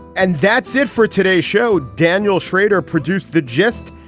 and that's it for today's show. daniel schrader produced the gist.